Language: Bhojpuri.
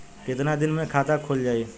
कितना दिन मे खाता खुल जाई?